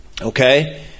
okay